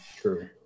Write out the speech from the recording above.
True